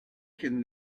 can